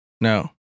No